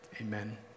Amen